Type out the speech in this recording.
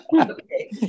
Okay